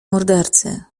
mordercy